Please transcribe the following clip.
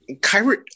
Kyrie